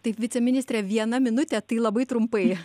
tai viceministre viena minutė tai labai trumpai